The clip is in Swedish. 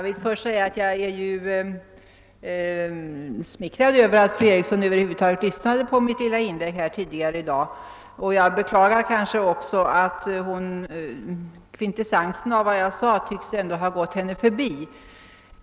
Herr talman! Jag är smickrad över att fru Eriksson i Stockholm över huvud taget lyssnade till mitt inlägg, men jag beklagar att kvintessensen av vad jag sade tycks ha gått henne förbi.